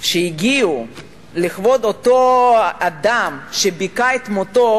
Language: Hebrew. שהגיעו לכבוד אותו אדם שביכה את מותו